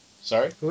Sorry